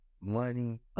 money